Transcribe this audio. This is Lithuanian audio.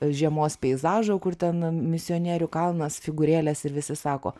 žiemos peizažo kur ten misionierių kalnas figūrėlės ir visi sako